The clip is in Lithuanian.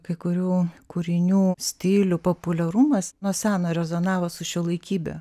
kai kurių kūrinių stilių populiarumas nuo seno rezonavo su šiuolaikybe